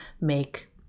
make